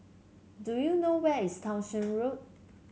do you know where is Townshend Road